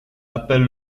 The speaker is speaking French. appelle